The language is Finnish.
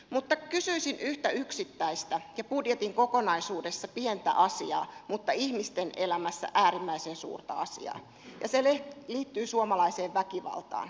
mutta kysyisin yhdestä yksittäisestä ja budjetin kokonaisuudessa pienestä asiasta mutta ihmisten elämässä äärimmäisen suuresta asiasta ja se liittyy suomalaiseen väkivaltaan